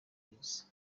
abizi